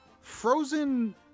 frozen